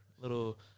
little